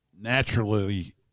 naturally